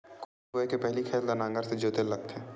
बीज बोय के पहिली खेत ल नांगर से जोतेल लगथे?